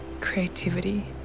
creativity